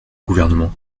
gouvernement